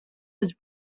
was